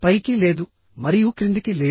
పైకి లేదు మరియు క్రిందికి లేదు